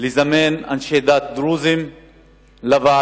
לזמן אנשי דת דרוזים לוועדה.